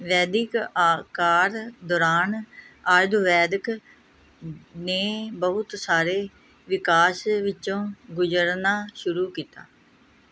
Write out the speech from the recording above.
ਵੈਦਿਕ ਆ ਕਾਲ ਦੌਰਾਨ ਆਯੁਰਵੈਦਿਕ ਨੇ ਬਹੁਤ ਸਾਰੇ ਵਿਕਾਸ ਵਿੱਚੋਂ ਗੁਜ਼ਰਨਾ ਸ਼ੁਰੂ ਕੀਤਾ